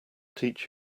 teach